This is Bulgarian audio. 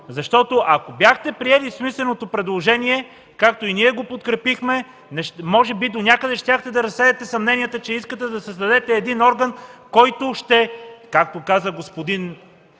момента. Ако бяхте приели смисленото предложение, както ние го подкрепихме, може би донякъде щяхте да разсеете съмненията, че искате да създадете един орган, който – както каза господин